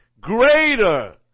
greater